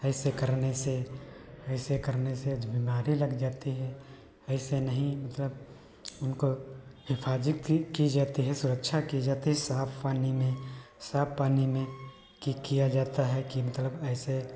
ऐसे करने से ऐसे करने से बीमारी लग जाती है ऐसे नहीं मतलब उनको हिफ़ाज़त की की जाती है सुरक्षा की जाती है साफ़ पानी में साफ़ पानी में कि किया जाता है कि मतलब ऐसे